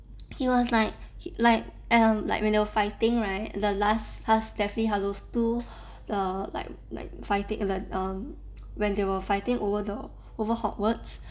he was like like um like when they were fighting right the last part deathly hallows two err like like fighting like um when they were fighting over the over hogwarts